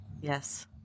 Yes